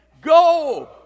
Go